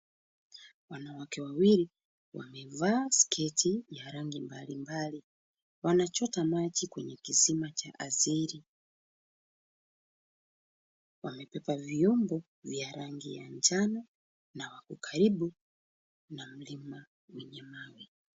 Wanawake wawili wamevaa sketi ya rangi mbalimbali. Wanachota maji kwenye kisima cha asili. Wamebebe vyombo vya rangi ya njano na wako karibu na mlima wenye mawe.